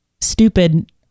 stupid